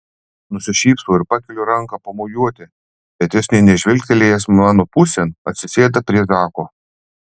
nusišypsau ir pakeliu ranką pamojuoti bet jis nė nežvilgtelėjęs mano pusėn atsisėda prie zako